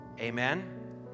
Amen